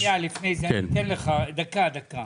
שניה לפני זה אני אתן לך, דקה דקה